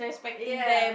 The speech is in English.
ya